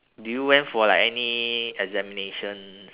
did you went for like any examinations